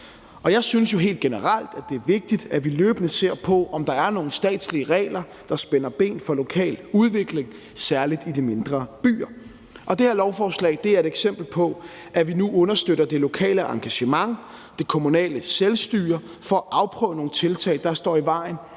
generelt, at det er vigtigt, at vi løbende ser på, om der er nogle statslige regler, der spænder ben for lokal udvikling, særlig i de mindre byer. Og det her lovforslag er et eksempel på, at vi nu understøtter det lokale engagement og det kommunale selvstyre for at afprøve nogle tiltag mod noget